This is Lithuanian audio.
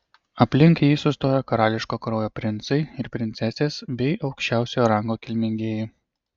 aplink jį sustojo karališko kraujo princai ir princesės bei aukščiausio rango kilmingieji